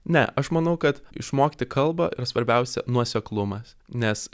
ne aš manau kad išmokti kalbą yra svarbiausia nuoseklumas nes